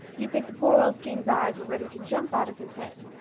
you'd think the poor old king's eyes were ready to jump out of his head.